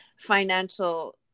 financial